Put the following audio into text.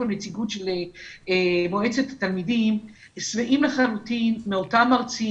נציגות של מועצת התלמידים מאותם מרצים,